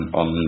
on